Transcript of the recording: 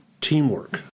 teamwork